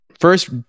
First